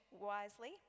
wisely